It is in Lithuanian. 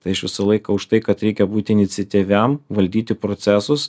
tai aš visą laiką už tai kad reikia būti iniciatyviam valdyti procesus